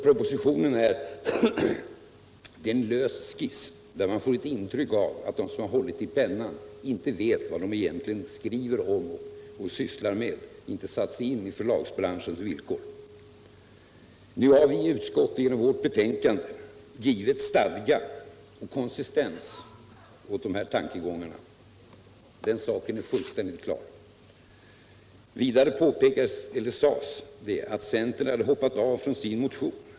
Propositionen är en lös skiss, där man får intryck av att de som hållit I pennan inte vetat vad de egentligen skriver om och sysslar med och inte satt sig in i förlagsbranschens villkor. Nu har vi i utskottet genom vårt betänkande givit stadga och konsistens åt tankegångarna. Den saken är fullkomligt klar. Det sades att centern har hoppat av från sin motion.